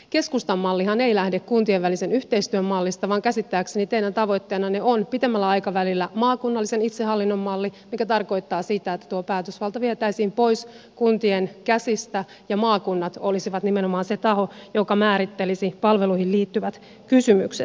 keskustan mallihan ei lähde kuntien välisen yhteistyön mallista vaan käsittääkseni teidän tavoitteenanne on pitemmällä aikavälillä maakunnallisen itsehallinnon malli mikä tarkoittaa sitä että tuo päätösvalta vietäisiin pois kuntien käsistä ja maakunnat olisivat nimenomaan se taho joka määrittelisi palveluihin liittyvät kysymykset